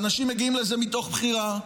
ואנשים מגיעים לזה מתוך בחירה,